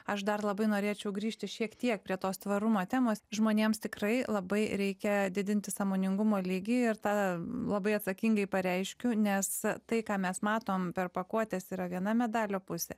aš dar labai norėčiau grįžti šiek tiek prie tos tvarumo temos žmonėms tikrai labai reikia didinti sąmoningumo lygį ir tą labai atsakingai pareiškiu nes tai ką mes matom per pakuotes yra viena medalio pusė